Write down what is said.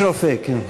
יש רופא, כן.